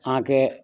अहाँके